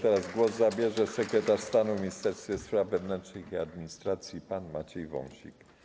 Teraz głos zabierze sekretarz stanu w Ministerstwie Spraw Wewnętrznych i Administracji pan Maciej Wąsik.